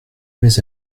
mes